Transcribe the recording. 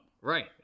Right